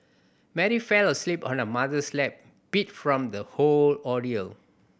Mary fell asleep on her mother's lap beat from the whole ordeal